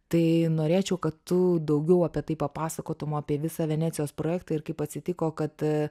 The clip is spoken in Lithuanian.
tai norėčiau kad tu daugiau apie tai papasakotum apie visą venecijos projektą ir kaip atsitiko kad